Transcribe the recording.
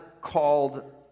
called